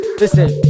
listen